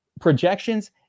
projections